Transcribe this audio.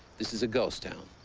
this is a ghost town.